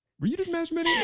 were you just masturbating?